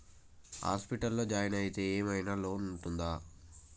ఆస్పత్రి లో జాయిన్ అయితే ఏం ఐనా లోన్ ఉంటదా?